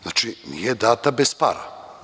Znači, nije data bez para.